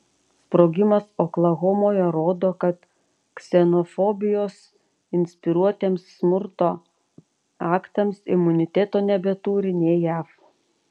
sprogimas oklahomoje rodo kad ksenofobijos inspiruotiems smurto aktams imuniteto nebeturi nė jav